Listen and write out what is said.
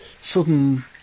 sudden